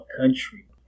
country